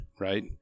right